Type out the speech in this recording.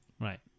Right